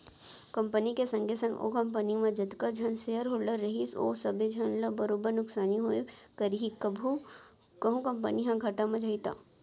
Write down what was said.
company के संगे संग ओ कंपनी म जतका झन सेयर होल्डर रइही ओ सबे झन ल बरोबर नुकसानी होबे करही कहूं कंपनी ह घाटा म जाही त